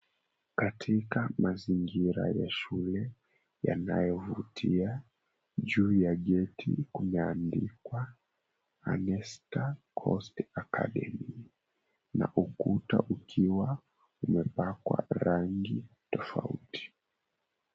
Katika mazingira ya shule yanayovutia, juu ya geti kumeandikwa, Anestar Coast Academy na ukuta ukiwa umepakwa rangi tofauti.